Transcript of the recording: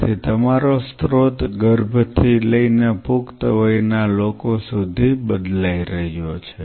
તેથી તમારો સ્ત્રોત ગર્ભથી લઈને પુખ્ત વયના લોકો સુધી બદલાઈ રહ્યો છે